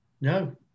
No